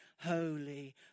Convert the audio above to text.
holy